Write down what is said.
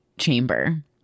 chamber